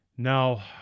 Now